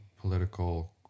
political